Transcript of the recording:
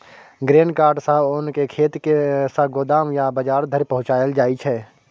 grain cart सँ ओन केँ खेत सँ गोदाम या बजार धरि पहुँचाएल जाइ छै